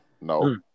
No